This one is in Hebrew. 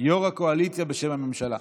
יו"ר הקואליציה בשם הממשלה.